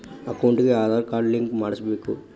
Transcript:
ಅಕೌಂಟಿಗೆ Aadhaar card link ಮಾಡಿಸಬೇಕು?